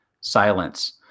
silence